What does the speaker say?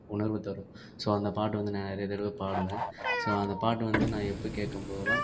உணர்வு தரும் ஸோ அந்த பாட்டை வந்து நிறையா தடவை பாடுவேன் ஸோ அந்த பாட்டு வந்து நான் எப்போ கேட்கும் போதெலாம்